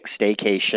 staycation